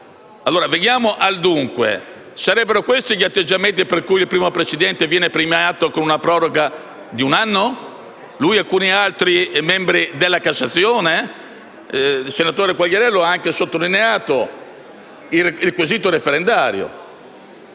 Veniamo al dunque. Sarebbero questi gli atteggiamenti per cui il primo presidente viene premiato con una proroga di un anno, lui e alcuni membri della Cassazione? Il senatore Quagliariello ha anche sottolineato il quesito referendario,